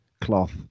cloth